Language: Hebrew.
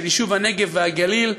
של יישוב הנגב והגליל,